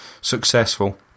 successful